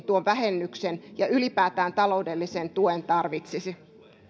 tuon vähennyksen ja ylipäätään taloudellisen tuen tarvitsisi